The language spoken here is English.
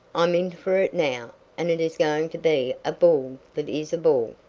i'm in for it now, and it is going to be a ball that is a ball.